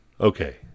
okay